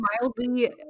mildly